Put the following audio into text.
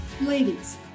Ladies